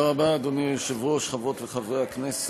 תודה רבה, אדוני היושב-ראש, חברות וחברי הכנסת,